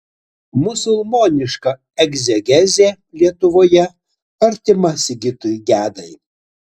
musulmoniška egzegezė lietuvoje artima sigitui gedai